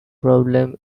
problem